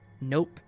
Nope